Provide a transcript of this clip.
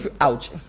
Ouch